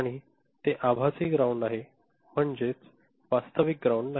आणि ते आभासी ग्राउंड आहे म्हणजेच वास्तविक ग्राउंड नाही